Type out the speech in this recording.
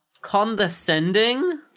condescending